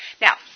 now